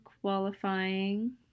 qualifying